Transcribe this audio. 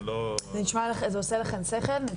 זה עושה לכם שכל?